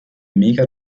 mega